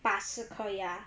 拔四颗牙